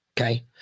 Okay